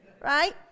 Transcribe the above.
right